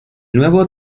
nuevo